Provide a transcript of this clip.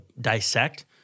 dissect